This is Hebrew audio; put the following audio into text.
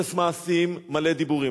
אפס מעשים, מלא דיבורים.